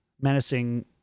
menacing